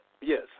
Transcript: Yes